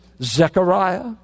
Zechariah